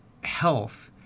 health